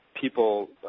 People